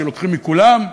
כשלוקחים מכולם.